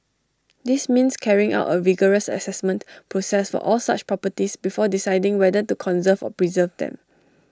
this means carrying out A rigorous Assessment process for all such properties before deciding whether to conserve or preserve them